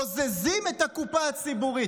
בוזזים את הקופה הציבורית,